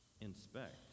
inspect